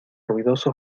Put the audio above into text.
ruidoso